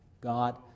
God